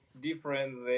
difference